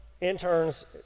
interns